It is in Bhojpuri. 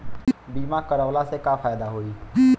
बीमा करवला से का फायदा होयी?